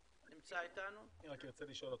אני רק ארצה לשאול אותו,